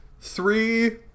three